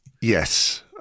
Yes